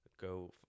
go